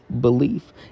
belief